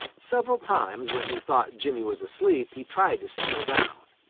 several times, when he thought jimmy was asleep, he tried to steal down.